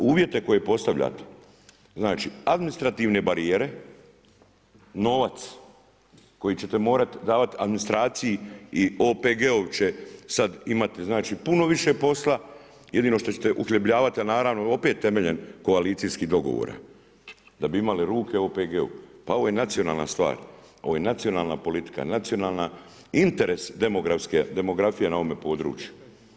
Uvjete koje postavljate, znači administrativne barijere, novac koji ćete morati davati administraciji i OPG-ovi će sad imati puno više posla, jedino što ćete uhljebljavati ali naravno opet temeljem koalicijskih dogovora, da bi imali ruke o OPG-u, pa ovo je nacionalna stvar, ovo je nacionalna politika, nacionalni interes demografije na ovom području.